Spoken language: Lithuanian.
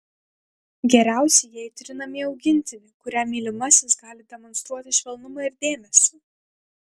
geriausia jei turi namie augintinį kuriam mylimasis gali demonstruoti švelnumą ir dėmesį